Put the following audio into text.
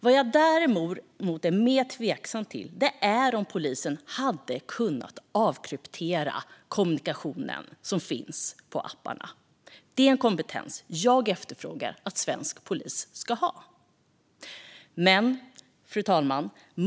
Jag är däremot mer tveksam till om polisen hade kunnat avkryptera den kommunikation som finns i apparna. Det är en kompetens jag efterfrågar att svensk polis ska ha. Fru talman!